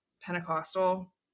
Pentecostal